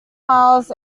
miles